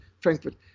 Frankfurt